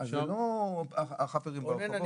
אז זה לא החאפרים ברחובות.